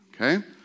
Okay